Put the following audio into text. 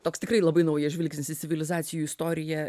toks tikrai labai naujas žvilgsnis į civilizacijų istoriją